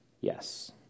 yes